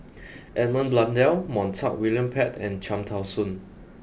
Edmund Blundell Montague William Pett and Cham Tao Soon